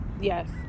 Yes